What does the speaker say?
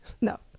No